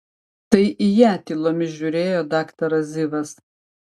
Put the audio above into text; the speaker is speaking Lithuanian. tai į ją tylomis žiūrėjo daktaras zivas